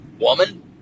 woman